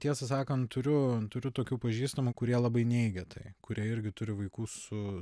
tiesą sakant turiu turiu tokių pažįstamų kurie labai neigia tai kurie irgi turi vaikų su